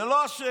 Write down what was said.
זו לא השאלה.